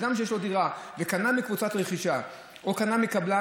אדם שיש לו דירה וקנה מקבוצת רכישה או קנה מקבלן,